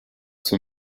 zur